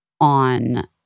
on